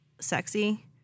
sexy